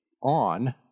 on